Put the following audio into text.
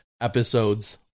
episodes